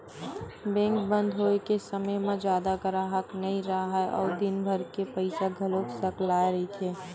bank बंद होए के समे म जादा गराहक नइ राहय अउ दिनभर के पइसा घलो सकलाए रहिथे